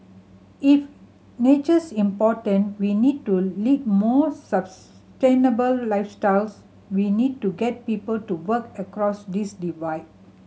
if nature's important we need to lead more lifestyles we need to get people to work across this divide